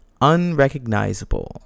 unrecognizable